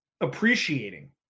appreciating